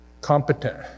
Competent